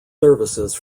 services